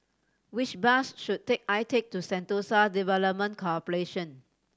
which bus should take I take to Sentosa Development Corporation